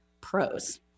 pros